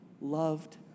loved